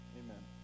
amen